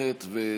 חוף ממש יפה.